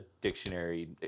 dictionary